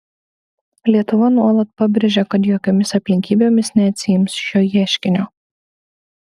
lietuva nuolat pabrėžia kad jokiomis aplinkybėmis neatsiims šio ieškinio